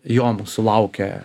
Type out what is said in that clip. jo mūsų sulaukė